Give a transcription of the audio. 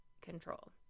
control